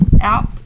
out